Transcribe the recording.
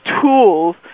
tools